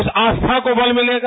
उस आस्था को बल मिलेगा